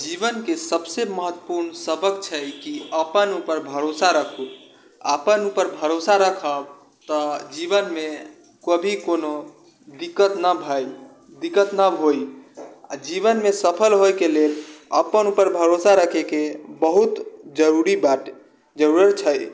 जीवनके सबसँ महत्वपूर्ण सबक छै कि अपन उपर भरोसा रखू अपन उपर भरोसा रखब तऽ जीवनमे कभी कोनो दिक्कत नहि भइल दिक्कत नहि होइ आ जीवनमे सफल होइके लेल अपन उपर भरोसा राखैके बहुत जरूरी बा जरूरत छै